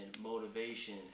motivation